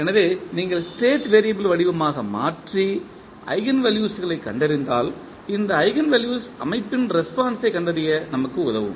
எனவே நீங்கள் state variable வடிவமாக மாற்றி ஈஜென்வெல்யூஸ்களைக் கண்டறிந்தால் இந்த ஈஜென்வெல்யூஸ் அமைப்பின் ரெஸ்பான்ஸ் ஐக் கண்டறிய நமக்கு உதவும்